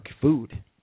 food